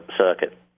circuit